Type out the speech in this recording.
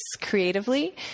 creatively